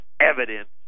evidence